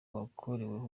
bakoreweho